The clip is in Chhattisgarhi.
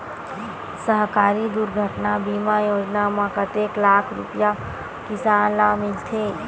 सहकारी दुर्घटना बीमा योजना म कतेक लाख रुपिया किसान ल मिलथे?